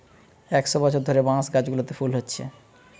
একশ বছর ধরে বাঁশ গাছগুলোতে ফুল হচ্ছে